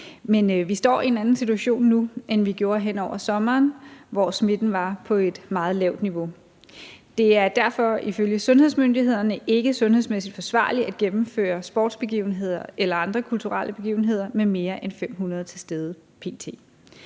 Men vi står i en anden situation nu, end vi gjorde hen over sommeren, hvor smitten var på et meget lavt niveau. Det er derfor ifølge sundhedsmyndighederne ikke sundhedsmæssigt forsvarligt at gennemføre sportsbegivenheder eller andre kulturelle begivenheder med mere end 500 til stede, p.t.